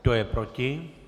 Kdo je proti?